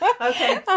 Okay